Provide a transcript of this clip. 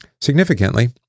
Significantly